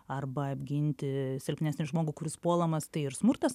arba apginti silpnesnį žmogų kuris puolamas tai ir smurtas